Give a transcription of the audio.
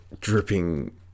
dripping